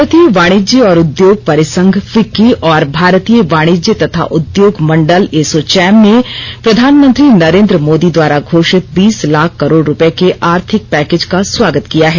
भारतीय वाणिज्य और उद्योग परिसंध फिक्की और भारतीय वाणिज्यं तथा उद्योग मंडल एसोचौम ने प्रधानमंत्री नरेन्द्र मोदी द्वारा घोषित बीस लाख करोड रूपये के आर्थिक पैकेज का स्वागत किया है